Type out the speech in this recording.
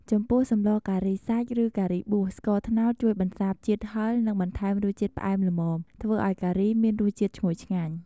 ចំពោះសម្លការីសាច់ឬការីបួស ស្ករត្នោតជួយបន្សាបជាតិហឹរនិងបន្ថែមរសជាតិផ្អែមល្មម ធ្វើឱ្យការីមានរសជាតិឈ្ងុយឆ្ងាញ់។